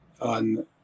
on